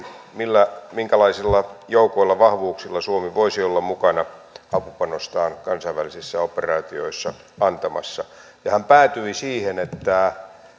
siitä minkälaisilla joukoilla vahvuuksilla suomi voisi olla mukana apupanostaan kansainvälisissä operaatioissa antamassa ja hän päätyi siihen että